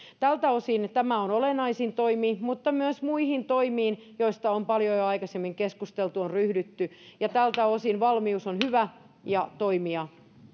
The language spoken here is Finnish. tältä osin tämä on olennaisin toimi mutta myös muihin toimiin joista on jo paljon aikaisemmin keskusteltu on ryhdytty ja tältä osin valmius on hyvä ja toimia